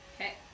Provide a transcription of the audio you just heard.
Okay